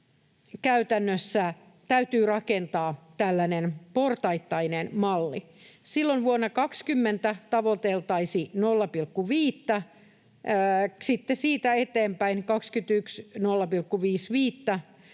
käytännössä täytyy rakentaa tällainen portaittainen malli: silloin vuonna 20 tavoiteltaisiin 0,5:tä, sitten siitä eteenpäin vuonna